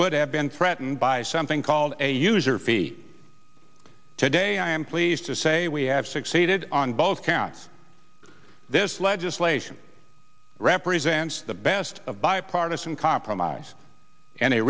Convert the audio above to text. would have been threatened by something called a user fee today i am pleased to say we have succeeded on both counts this legislation represents the best of bipartisan compromise an